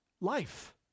life